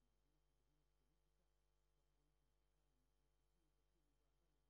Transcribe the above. ובאמת לראות את הדמויות המדהימות שמרכיבות את המפלגה שלנו